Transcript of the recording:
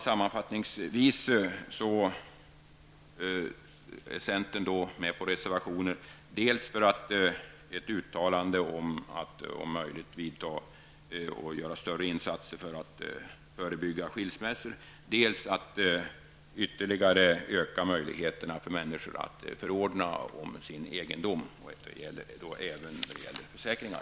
Sammanfattningsvis står centern bakom reservation innebärande dels ett uttalande att om möjligt vidta och göra större insatser för att förebygga skilsmässor, dels att ytterligare öka möjligheten för människor att förordna om sin egendom även då det gäller försäkringar.